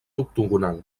octogonal